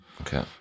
Okay